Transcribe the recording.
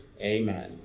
Amen